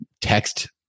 text